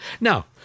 Now